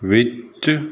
ਵਿੱਚ